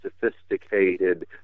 sophisticated